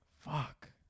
Fuck